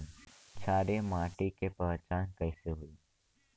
क्षारीय माटी के पहचान कैसे होई?